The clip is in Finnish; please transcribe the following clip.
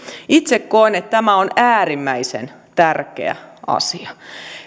itse koen että tämä on äärimmäisen tärkeä asia